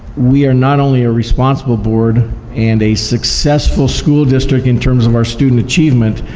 we are not only a responsible board and a successful school district in terms of our student achievement,